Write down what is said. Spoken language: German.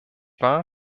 war